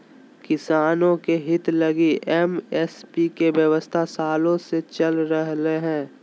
किसानों के हित लगी एम.एस.पी के व्यवस्था सालों से चल रह लय हें